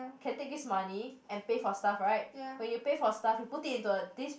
can take this money and pay for stuff right when you pay for stuff you put it into a this